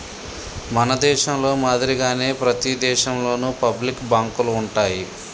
మన దేశంలో మాదిరిగానే ప్రతి దేశంలోను పబ్లిక్ బాంకులు ఉంటాయి